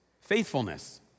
Faithfulness